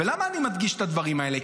ולמה אני מדגיש את הדברים האלה?